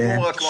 אנחנו